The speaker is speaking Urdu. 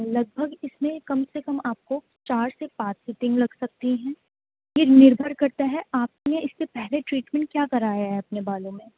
لگ بھگ اس میں کم سے کم آپ کو چار سے پانچ دن لگ سکتے ہیں یہ نربھر کرتا ہے آپ نے اس سے پہلے ٹریٹمنٹ کیا کرایا ہے اپنے بالوں میں